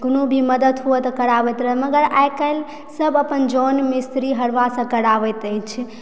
कोनो भी मदद होइत रहऽ तऽ कराबैत रहऽ मगर आइकाल्हि सभ अपन जन मिस्त्री हरवाहसँ कराबैत अछि